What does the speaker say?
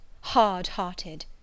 hard-hearted